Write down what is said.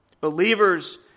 Believers